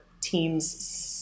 team's